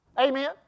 Amen